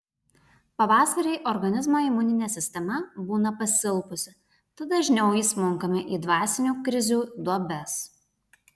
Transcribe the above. pavasarį organizmo imuninė sistema būna pasilpusi tad dažniau įsmunkame į dvasinių krizių duobes